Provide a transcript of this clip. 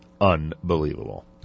Unbelievable